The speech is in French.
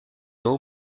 eau